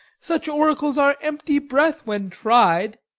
such oracles are empty breath when tried.